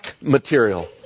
material